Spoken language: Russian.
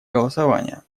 голосования